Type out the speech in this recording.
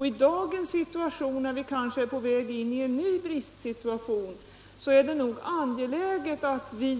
I dagens situation, när vi kanske är på väg in i en ny brist, är det nog viktigt att vi